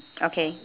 okay